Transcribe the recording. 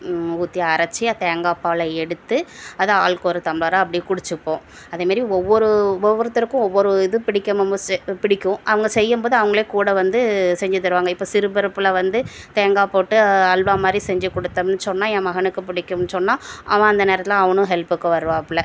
ஊற்றி அரைச்சி தேங்காப்பாலை எடுத்து அதை ஆளுக்கொரு டம்ளராக அப்படி குடிச்சுப்போம் அதேமாரி ஒவ்வொரு ஒவ்வொருத்தருக்கும் ஒவ்வொரு இது பிடிக்கும் மோமுஸு பிடிக்கும் அவங்க செய்யம்போது அவங்களும் கூட வந்து செஞ்சுத் தருவாங்க இப்போ சிறுபருப்பில் வந்து தேங்காய் போட்டு அல்வா மாதிரி செஞ்சு குடுத்தோம்னு சொன்னால் என் மகனுக்கும் பிடிக்கும்னு சொன்னால் அவன் அந்த நேரத்தில் அவனும் ஹெல்ப்புக்கு வருவாப்பில